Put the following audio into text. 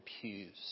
pews